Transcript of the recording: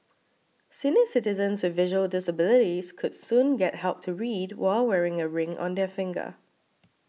senior citizens with visual disabilities could soon get help to read while wearing a ring on their finger